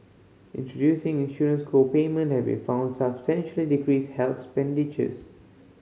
introducing insurance co payment have been found substantially decrease health expenditures